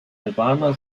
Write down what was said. albaner